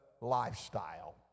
lifestyle